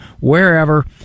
wherever